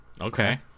Okay